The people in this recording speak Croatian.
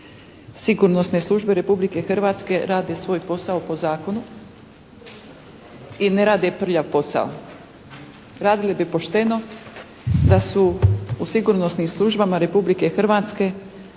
Sigurnosne službe Republike Hrvatske rade svoj posao po zakonu i ne rade prljav posao. Radili bi pošteno da su u sigurnosnim službama Republike Hrvatske